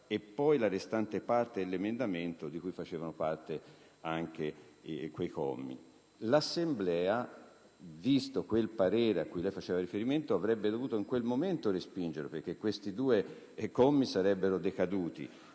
e poi la restante parte dell'emendamento, di cui facevano parte quei due commi. L'Assemblea, visto il parere cui lei faceva riferimento, avrebbe dovuto in quel momento respingere questi due commi; è chiaro che